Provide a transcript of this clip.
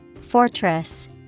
Fortress